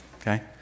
okay